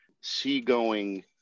seagoing